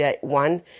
one